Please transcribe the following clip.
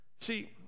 See